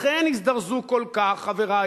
לכן הזדרזו כל כך חברי,